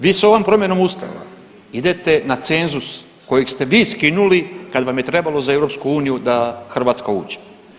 Vi s ovom promjenom Ustava idete na cenzus kojeg ste vi skinuli kad vam je trebalo za EU da Hrvatska uđe.